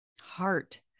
Heart